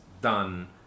done